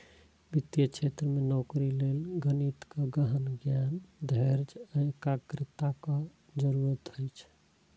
वित्तीय क्षेत्र मे नौकरी लेल गणितक गहन ज्ञान, धैर्य आ एकाग्रताक जरूरत होइ छै